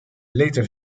later